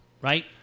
right